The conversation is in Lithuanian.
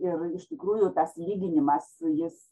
ir iš tikrųjų tas lyginimas jis